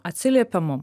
atsiliepia mum